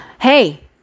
Hey